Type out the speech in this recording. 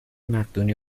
مقدونی